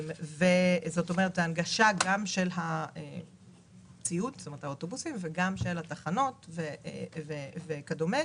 מדובר בהנגשה של אוטובוסים, תחנות וכדומה.